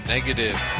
Negative